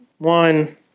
One